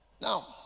Now